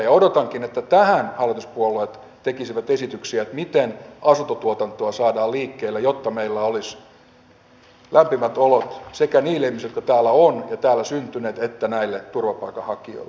odotankin että tähän hallituspuolueet tekisivät esityksiä että miten asuntotuotantoa saadaan liikkeelle jotta meillä olisi lämpimät olot sekä niille ihmisille jotka täällä ovat ja ovat täällä syntyneet että näille turvapaikanhakijoille